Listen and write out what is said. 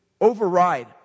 override